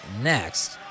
next